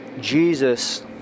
Jesus